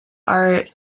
are